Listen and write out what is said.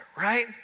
right